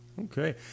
Okay